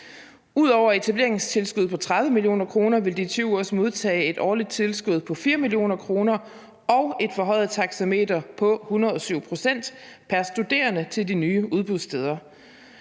Ud over etableringstilskuddet på 30 mio. kr. vil DTU også modtage et årligt tilskud på 4 mio. kr. og et forhøjet taxameter på 107 pct. pr. studerende til de nye udbudssteder.